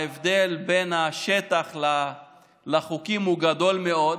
ההבדל בין השטח לבין החוקים הוא גדול מאוד.